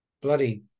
bloody